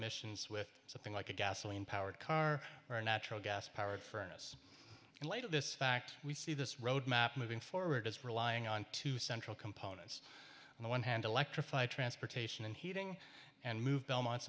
emissions with something like a gasoline powered car or a natural gas powered furnace in light of this fact we see this roadmap moving forward as relying on two central components on the one hand electrified transportation and heating and move belmont